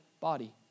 body